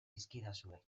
dizkidazue